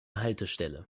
haltestelle